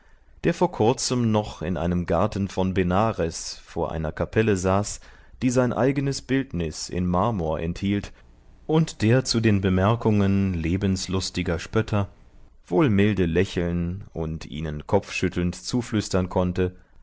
der vor kurzem noch in einem garten von benares vor einer kapelle saß die sein eigenes bildnis in marmor enthielt und der zu den bemerkungen lebenslustiger spötter wohl milde lächeln und ihnen kopfschüttelnd zuflüstern konnte